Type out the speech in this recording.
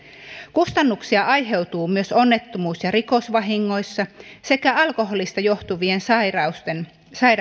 kustannuksia aiheutuu myös onnettomuus ja rikosvahingoista sekä alkoholista johtuvien sairauksien